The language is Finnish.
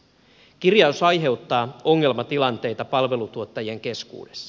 kirjaus aiheuttaa ongelmatilanteita palveluntuottajien keskuudessa